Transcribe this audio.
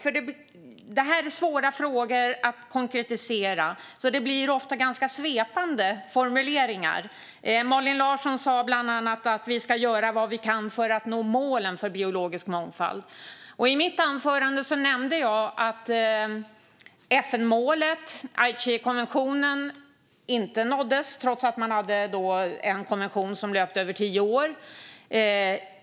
Eftersom det här är svåra frågor att konkretisera blir det ofta ganska svepande formuleringar. Malin Larsson sa bland annat: Vi ska göra vad vi kan för att nå målen för biologisk mångfald. I mitt anförande nämnde jag att FN-målet, Aichikonventionen, inte nåddes trots att den löpte över tio år.